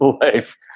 life